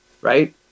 right